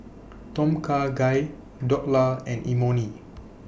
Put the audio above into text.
Tom Kha Gai Dhokla and Imoni